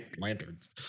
lanterns